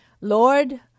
Lord